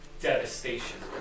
devastation